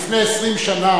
לפני 20 שנה,